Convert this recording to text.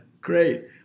Great